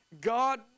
God